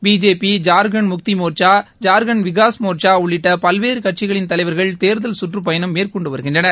BJP Jharkhand Mukti Morcha Jharkhand Vikas Morcha உள்ளிட்ட பல்வேறு கட்சிகளின் தலைவர்கள் தேர்தல் சுற்றுப் பயணம் மேற்கொண்டு வருகின்றனர்